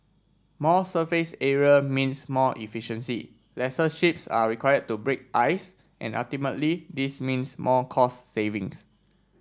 more surface area means more efficiency lesser ships are required to break ice and ultimately this means more cost savings